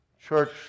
church